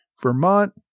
Vermont